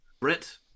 Brit